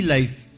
Life